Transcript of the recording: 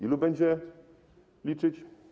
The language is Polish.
Ilu będzie liczyć?